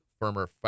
firmer